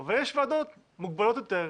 אבל יש ועדות מוגבלות יותר,